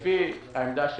לפי העמדה שלנו,